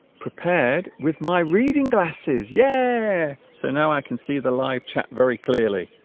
prepared with my reading glasses yeah so now i can see the live chat very clearly